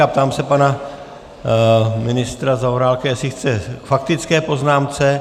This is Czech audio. Ptám se pana ministra Zaorálka, jestli chce k faktické poznámce.